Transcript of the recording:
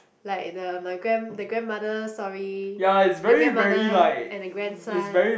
like the my grand the grandmother story the grandmother and the grandson